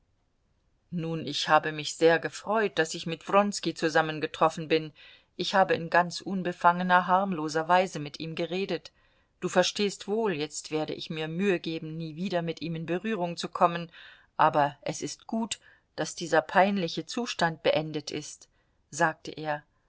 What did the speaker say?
nun ich habe mich sehr gefreut daß ich mit wronski zusammengetroffen bin ich habe in ganz unbefangener harmloser weise mit ihm geredet du verstehst wohl jetzt werde ich mir mühe geben nie wieder mit ihm in berührung zu kommen aber es ist gut daß dieser peinliche zustand beendet ist sagte er